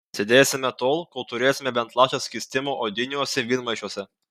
sėdėsime tol kol turėsime bent lašą skystimo odiniuose vynmaišiuose